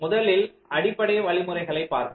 முதலில் அடிப்படை வழிமுறைகளை பார்ப்போம்